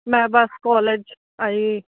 ਮੈਂ ਬਸ ਕੋਲੇਜ ਆਈ